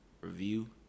review